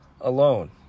alone